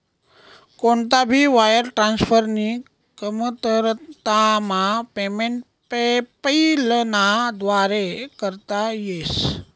कोणता भी वायर ट्रान्सफरनी कमतरतामा पेमेंट पेपैलना व्दारे करता येस